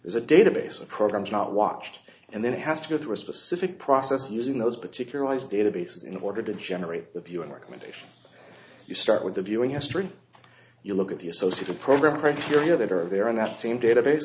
there's a database of programs not watched and then it has to go through a specific process using those particular eyes databases in order to generate the viewing recommendation you start with the viewing history you look at the associated program pretty sure that are there in that same database